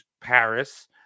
Paris